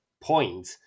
point